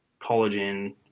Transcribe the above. collagen